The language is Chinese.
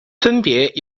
分别